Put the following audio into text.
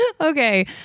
okay